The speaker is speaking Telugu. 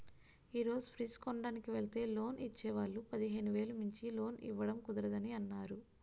ఈ రోజు ఫ్రిడ్జ్ కొనడానికి వెల్తే లోన్ ఇచ్చే వాళ్ళు పదిహేను వేలు మించి లోన్ ఇవ్వడం కుదరదని అన్నారు